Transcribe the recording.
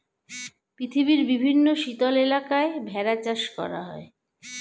পৃথিবীর বিভিন্ন শীতল এলাকায় ভেড়া চাষ করা হয়